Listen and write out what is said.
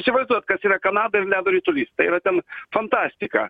įsivaizduojat kas yra kanada ir ledo ritulys tai yra ten fantastika